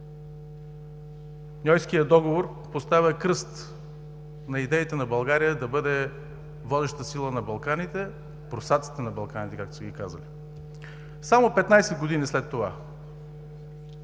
Ньойският договор поставя кръст на идеите на България да бъде водеща сила на Балканите, „прусаците на Балканите“, както са ги казвали. Само петнадесет години след това